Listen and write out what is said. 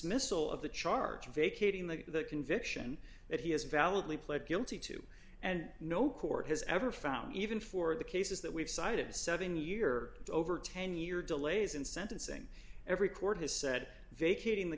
missal of the charge of vacating the conviction that he has validly pled guilty to and no court has ever found even for the cases that we've cited seven year over ten year delays in sentencing every court has said vacating the